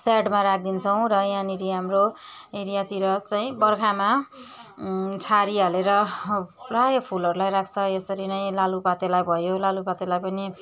सेडमा राख्दिन्छौँ र यहाँनिरी हाम्रो एरियातिर चाहिँ बर्खामा छहारी हालेर प्रायः फुलहरूलाई राख्छ यसरी नै लालुपातेलाई भयो लालुपातेलाई पनि